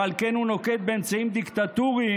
ועל כן הוא נוקט אמצעים דיקטטוריים,